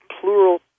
plural